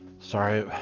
Sorry